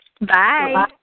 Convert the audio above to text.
Bye